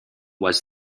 was